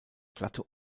glatte